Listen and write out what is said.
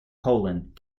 poland